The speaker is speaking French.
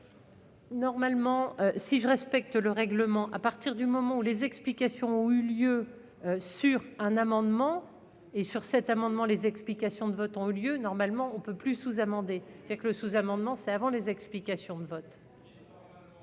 Normalement, si je respecte le règlement à partir du moment où les explications ont eu lieu sur un amendement et sur cet amendement, les explications de vote ont eu lieu normalement, on peut plus sous-amendé, c'est que le sous-amendement Servent les explications de vote.